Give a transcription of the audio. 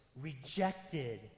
rejected